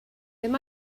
there